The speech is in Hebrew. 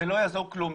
זה לא יעזור כלום.